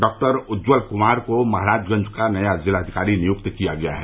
doctor Ujjwal Kumar को महराजगंज का नया जिलाधिकारी नियुक्त किया गया है